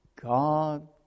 God